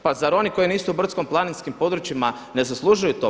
Pa zar oni koji nisu u brdsko-planinskim područjima ne zaslužuju to?